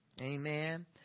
amen